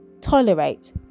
tolerate